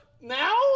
now